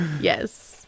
Yes